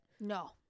No